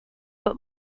but